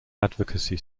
advocacy